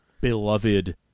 beloved